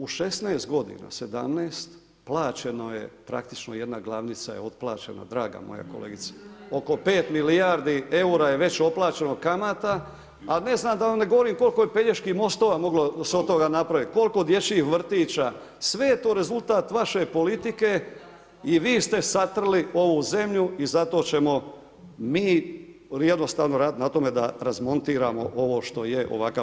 U 16,17 godina plaćeno je praktično je jedna glavnica je otplaćena, draga moja kolegice, oko 5 milijardi eura je već otplaćeno kamata, a ne znam da vam ne govorim koliko je peljeških mostova moglo se od toga napraviti, koliko dječjih vrtića, sve je to rezultat vaše politike i vi ste satrli ovu zemlju i zato ćemo mi jednostavno raditi na tome da razmontiramo ovo što je ovakav politički sustav.